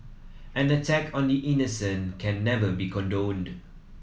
an attack on the innocent can never be condoned